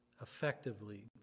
effectively